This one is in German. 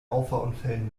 auffahrunfällen